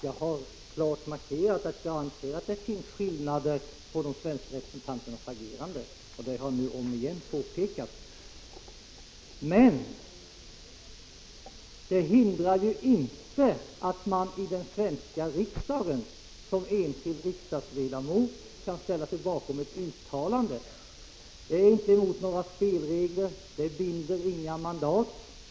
Jag har klart markerat att jag anser att det finns skillnader i de svenska representanternas agerande. Det har jag nu om igen påpekat. Detta hindrar emellertid inte att man i den svenska riksdagen, som enskild riksdagsledamot, kan ställa sig bakom ett uttalande. Det strider inte mot några spelregler, och det binder inga mandat.